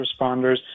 responders